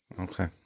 Okay